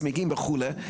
צמיגים וכו',